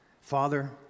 Father